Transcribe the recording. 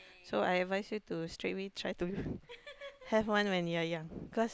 so I advise you to straightaway try to have one when you are young cause